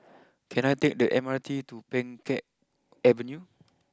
can I take the M R T to Pheng Geck Avenue